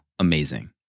amazing